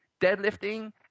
deadlifting